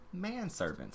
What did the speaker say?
manservants